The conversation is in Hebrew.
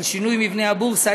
על שינוי מבנה הבורסה,